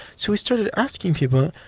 so we started asking people,